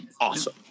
Awesome